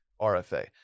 RFA